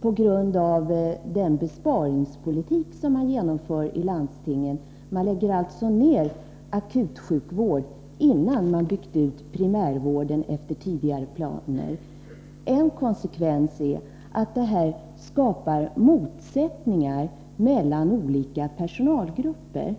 På grund av den besparingspolitik som landstingen genomför, där man lägger ned akutsjukvård innan primärvården har byggts ut enligt tidigare planer, skapas det motsättningar mellan olika personalgrupper.